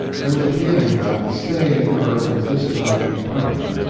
there was a feeling that the stay in europe was this time to be permanent.